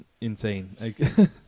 insane